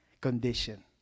condition